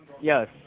Yes